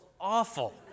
awful